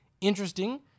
Interesting